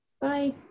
Bye